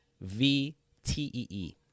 V-T-E-E